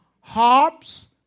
harps